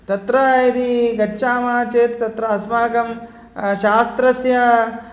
तत्र यदि गच्छामः चेत् तत्र अस्माकं शास्त्रस्य